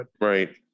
Right